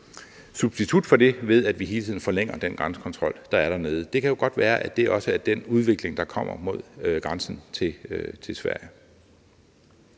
substitut for det, ved at vi hele tiden forlænger den grænsekontrol, der er dernede. Det kan jo godt være, at det også er den udvikling, der kommer ved grænsen til Sverige.